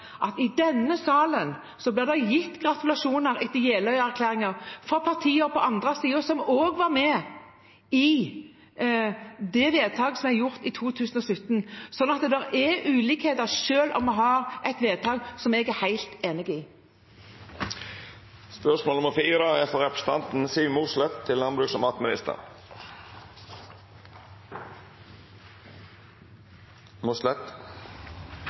i denne salen ble det gitt gratulasjoner etter Jeløya-plattformen fra partier på den andre siden, som også var med på det vedtaket som ble gjort i 2017. Så det er ulikheter selv om vi har et vedtak som jeg er helt enig i. «Myr utgjør ifølge fylkesmannen i Nordland 45,5 pst. av de dyrkbare ressursene i fylket. I gode landbruksregioner som Lofoten, Vesterålen og